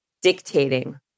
dictating